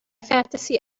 fantasy